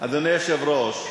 אדוני היושב-ראש,